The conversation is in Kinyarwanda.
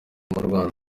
rwanda